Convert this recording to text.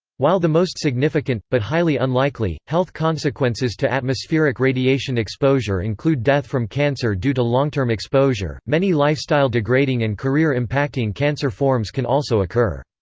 while the most significant, but highly unlikely, health consequences to atmospheric radiation exposure include death from cancer due to long-term exposure, many lifestyle-degrading and career-impacting cancer forms can also occur.